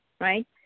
right